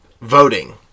voting